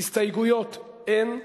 הסתייגויות אין.